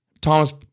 Thomas